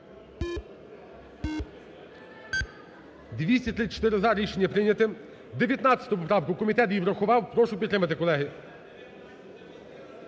За-234 Рішення прийняте. 19 поправку – комітет її врахував – прошу підтримати, колеги.